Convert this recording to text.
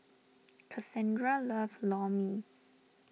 Kassandra loves Lor Mee